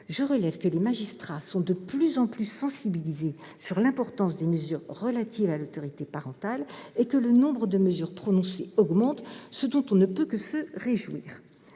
Je relève que les magistrats sont de plus en plus sensibilisés à l'importance des mesures relatives à l'autorité parentale et que le nombre de mesures prononcées augmente, ce dont on ne peut que se réjouir.